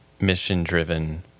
mission-driven